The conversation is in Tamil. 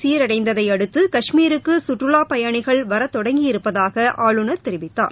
சீரடைந்ததையடுத்து காஷ்மீருக்கு கற்றுலாப்பயணிகள் வரத் தொடங்கியிருப்பதாக ஆளுநர் நிலைமை தெரிவித்தார்